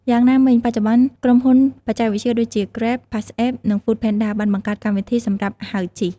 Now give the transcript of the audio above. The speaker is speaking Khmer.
យ៉ាងណាមិញ បច្ចុប្បន្នក្រុមហ៊ុនបច្ចេកវិទ្យាដូចជា Grab, PassApp និង Foodpanda បានបង្កើតកម្មវិធីសម្រាប់ហៅជិះ។